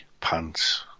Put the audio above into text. pants